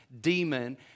demon